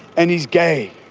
and he's gay